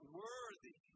worthy